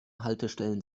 haltestellen